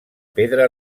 pedra